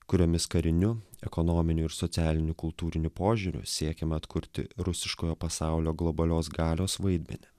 kuriomis kariniu ekonominiu ir socialiniu kultūriniu požiūriu siekiama atkurti rusiškojo pasaulio globalios galios vaidmenį